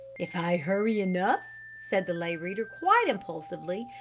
if i hurry enough, said the lay reader quite impulsively,